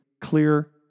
clear